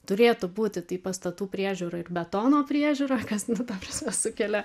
turėtų būti tai pastatų priežiūra ir betono priežiūra kas nu ta prasme sukelia